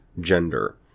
gender